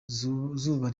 zuba